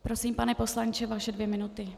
Prosím, pane poslanče, vaše dvě minuty.